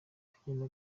kagenda